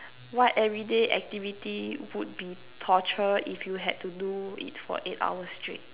what everyday activity would be torture if you had to do it for eight hours straight